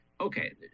okay